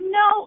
no